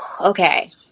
Okay